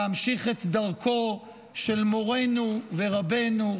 מתחייבים להמשיך את דרכו של מורנו ורבנו,